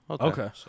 Okay